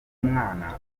umwana